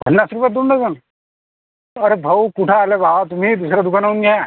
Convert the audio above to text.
पन्नास रुपयात दोन डझन अरे भाऊ कुठे आले भावा तुम्ही दुसऱ्या दुकानाहून घ्या